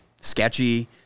sketchy